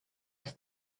his